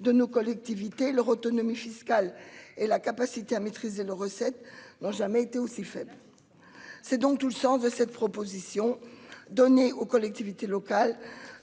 de nos collectivités leur autonomie fiscale et la capacité à maîtriser les recettes n'ont jamais été aussi faible. C'est donc tout le sens de cette proposition. Donner aux collectivités locales